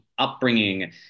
upbringing